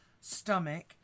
stomach